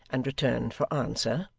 and returned for answer